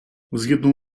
згідно